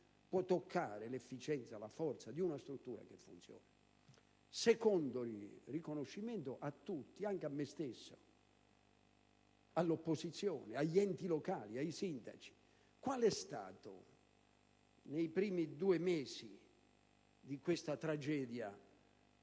può toccare l'efficienza, la forza di una struttura che funziona. Secondo: intendo dare un riconoscimento a tutti, anche a me stesso, all'opposizione, agli enti locali, ai sindaci. Qual è stato nei primi due mesi di questa tragedia